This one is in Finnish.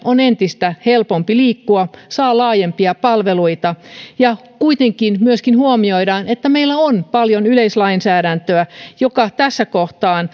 on entistä helpompi liikkua ja saada laajempia palveluita ja kuitenkin myös huomioidaan että meillä on paljon yleislainsäädäntöä joka tässä